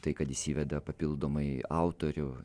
tai kad jis įveda papildomai autorių